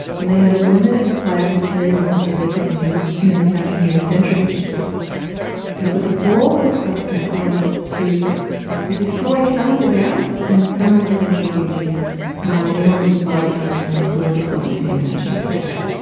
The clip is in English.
and they had a limited supply of materials that they could use to manufacture new centrifuges and so the goal with stuxnet was to destroy some of the gas and some of the centrifuges in order to buy time for diplomacy and sanctions to catch up